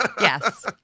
yes